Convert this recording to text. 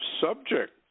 subject